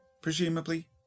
presumably